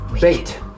Bait